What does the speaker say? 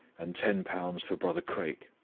and ten pounds for brother craik.